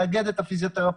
מאגד את הפיזיותרפיסטים,